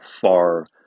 far